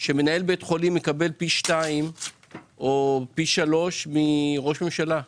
שמנהל בית חולים מקבל פי 2 או פי 3 מראש ממשלה,